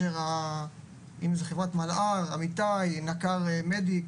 אם זה חברת מלע"ר, אמיתי, נקר מדיק